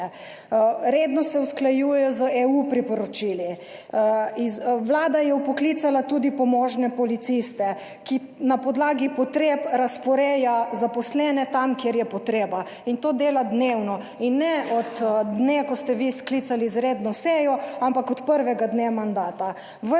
usklajujejo z EU priporočili, Vlada je vpoklicala tudi pomožne policiste, ki na podlagi potreb razporeja zaposlene, tam kjer je potreba in to dela dnevno in ne od dne, ko ste vi sklicali izredno sejo, ampak od prvega dne mandata.